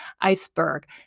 iceberg